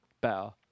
better